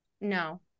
No